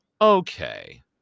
Okay